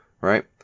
right